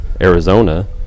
Arizona